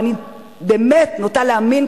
ואני באמת נוטה להאמין,